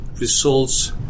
results